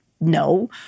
No